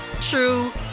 true